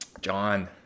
John